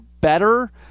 better